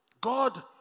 God